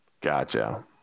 Gotcha